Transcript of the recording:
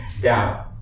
down